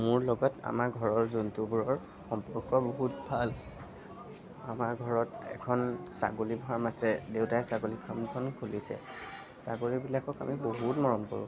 মোৰ লগত আমাৰ ঘৰৰ জন্তুবোৰৰ সম্পৰ্ক বহুত ভাল আমাৰ ঘৰত এখন ছাগলীৰ ফাৰ্ম আছে দেউতাই ছাগলীৰ ফাৰ্মখন খুলিছে ছাগলীবিলাকক আমি বহুত মৰম কৰোঁ